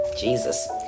Jesus